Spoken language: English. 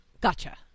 Gotcha